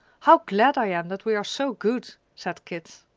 how glad i am that we are so good! said kat.